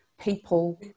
people